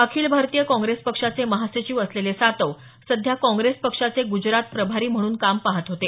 अखिल Bharatiya Congress पक्षाचे महासचिव असलेले सातव सध्या काँग्रेस पक्षाचे गूजरात प्रभारी म्हणून काम पाहत होते